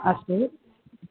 अस्तु